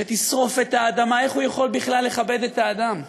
שתשרוף את האדמה, איך הוא יכול בכלל לכבד את האדם?